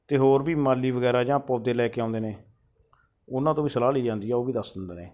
ਅਤੇ ਹੋਰ ਵੀ ਮਾਲੀ ਵਗੈਰਾ ਜਾਂ ਪੌਦੇ ਲੈ ਕੇ ਆਉਂਦੇ ਨੇ ਉਹਨਾਂ ਤੋਂ ਵੀ ਸਲਾਹ ਲਈ ਜਾਂਦੀ ਆ ਉਹ ਵੀ ਦੱਸ ਦਿੰਦੇ ਨੇ